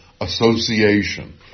association